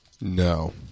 No